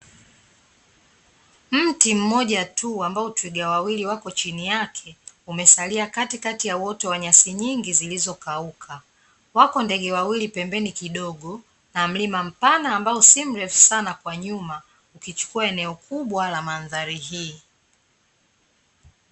Mti mmoja tu, ambao twiga wawili wapo chini yake, umesalia katikati ya uoto wa nyasi nyingi zilizokauka, wako ndege wawili pembeni kidogo na mlima mpana ambao si mrefu sana kwa nyuma, ukichukua eneo kubwa la mandhari hii.